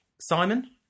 Simon